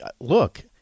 look